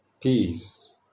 peace